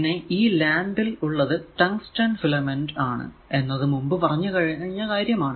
പിന്നെ ഈ ലാമ്പ് ൽ ഉള്ളത് ടങ്സ്റ്റൻ ഫിലമെന്റ് ആണ് എന്നത് മുമ്പ് പറഞ്ഞ കാര്യമാണ്